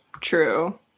true